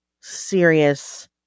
serious